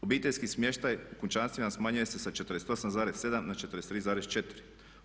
Obiteljski smještaj u kućanstvima smanjuje se sa 48,7 na 43,4.